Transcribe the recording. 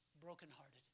brokenhearted